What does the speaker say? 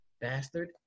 bastard